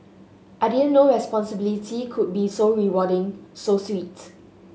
I didn't know responsibility could be so rewarding so sweet